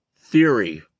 theory